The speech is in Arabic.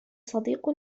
صديق